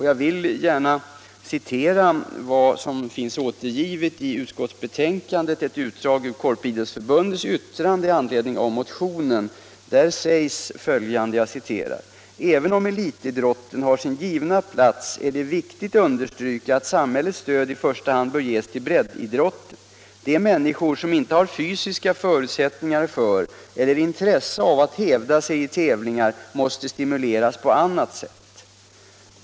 Jag vill gärna citera ett utdrag ur Korporationsidrottsförbundets yttrande i anledning av motionen som finns återgivet i utskottsbetänkandet: ”Även om elitidrotten har sin givna plats är det viktigt understryka att samhällets stöd i första hand bör ges till breddidrotten. De människor som inte har fysiska förutsättningar för eller intresse av att hävda sig i tävlingar måste stimuleras på annat sätt.